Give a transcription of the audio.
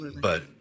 but-